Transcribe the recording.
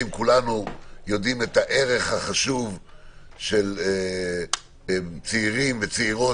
כולנו מכירים בערך החשוב של צעירים וצעירות